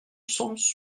sens